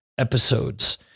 episodes